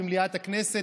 במליאת הכנסת,